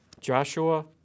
Joshua